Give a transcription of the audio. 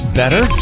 better